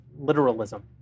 literalism